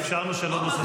אפשר בשאלות נוספות,